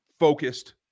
Focused